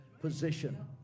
position